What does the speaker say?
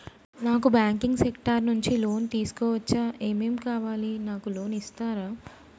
నాకు banking sector నుంచి loan తీసుకోవచ్చా? ఏమేం కావాలి? నాకు లోన్ ఇస్తారా?